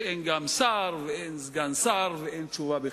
שאין שר ואין סגן שר ואין תשובה בכלל.